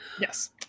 Yes